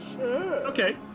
Okay